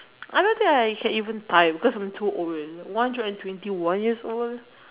I don't think I can even time cause I'm two old one hundred and twenty one years old